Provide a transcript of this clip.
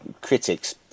critics